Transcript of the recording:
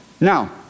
Now